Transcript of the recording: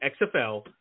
XFL